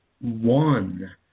one